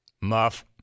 Muff